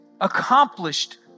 accomplished